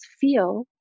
feel